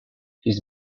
his